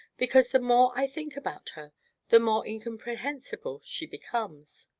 because the more i think about her the more incomprehensible she becomes.